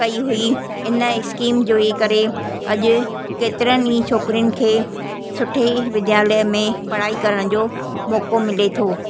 कई हुई इन स्कीम जो हीउ करे अॼु केतिरनि ई छोकिरियुनि खे सुठे विद्यालय में पढ़ाई करण जो मौक़ो मिले थो